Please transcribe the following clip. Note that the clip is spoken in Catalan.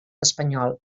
espanyol